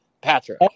Patrick